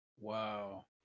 Wow